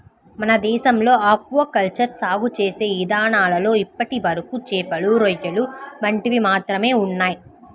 మన దేశంలో aquaculture సాగు చేసే ఇదానాల్లో ఇప్పటివరకు చేపలు, రొయ్యలు వంటివి మాత్రమే ఉన్నయ్